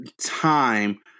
time